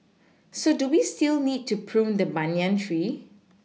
so do we still need to prune the banyan tree